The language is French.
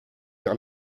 vers